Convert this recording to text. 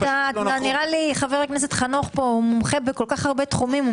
נראה לי שחבר הכנסת חנוך מלביצקי מומחה בכל כך הרבה תחומים.